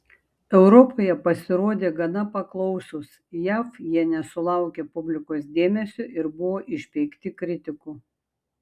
europoje pasirodė gana paklausūs jav jie nesulaukė publikos dėmesio ir buvo išpeikti kritikų